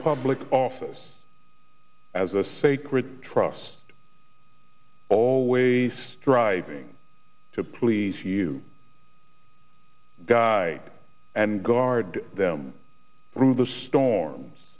public office as a sacred trust always striving to please you and guard them through the storms